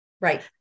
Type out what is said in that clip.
Right